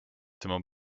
tema